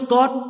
God